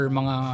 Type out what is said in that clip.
mga